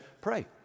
pray